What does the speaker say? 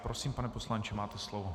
Prosím, pane poslanče, máte slovo.